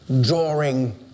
drawing